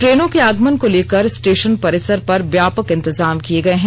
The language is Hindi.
ट्रेनों के आगमन को लेकर स्टेशन परिसर पर व्यापक इंतजाम किए गए हैं